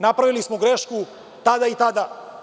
Napravili smo grešku tada i tada.